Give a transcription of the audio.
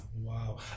Wow